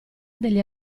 degli